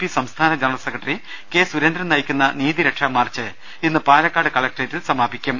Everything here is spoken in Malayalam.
പി സംസ്ഥാന ജനറൽ സെക്രട്ടറി കെ സൂരേന്ദ്രൻ നയിക്കുന്ന നീതിരക്ഷാ മാർച്ച് ഇന്ന് പാലക്കാട് കലക്ടറേറ്റിൽ സമാപിക്കും